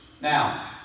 Now